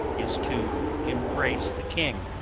is to embrace the king,